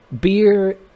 beer